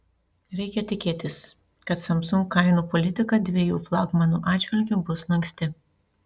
reikia tikėtis kad samsung kainų politika dviejų flagmanų atžvilgiu bus lanksti